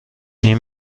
این